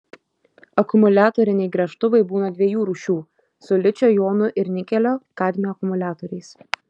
akumuliatoriniai gręžtuvai būna dviejų rūšių su ličio jonų ir nikelio kadmio akumuliatoriais